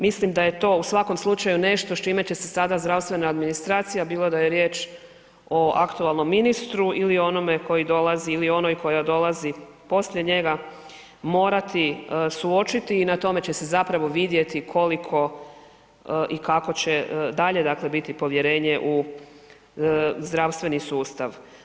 Mislim da je to u svakom slučaju nešto s čime će se sada zdravstvena administracija, bilo da je riječ o aktualnom ministru ili onome koji dolazi ili onoj koja dolazi poslije njega morati suočiti i na tome će se zapravo vidjeti koliko i kako će dalje dakle biti povjerenje u zdravstveni sustav.